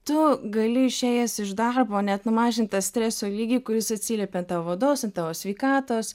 tu gali išėjęs iš darbo net numažint tą streso lygį kuris atsiliepia an tavo odos ant tavo sveikatos